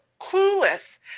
clueless